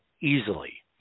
easily